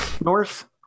north